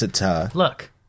look